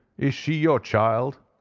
is she your child?